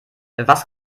was